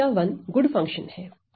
यहां मेरा 1 good function है